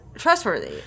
trustworthy